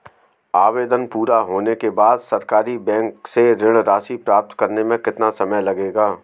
आवेदन पूरा होने के बाद सरकारी बैंक से ऋण राशि प्राप्त करने में कितना समय लगेगा?